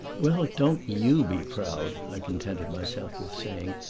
well, don't you be proud, i contented myself with saying.